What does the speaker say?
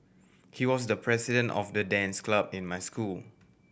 he was the president of the dance club in my school